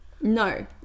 no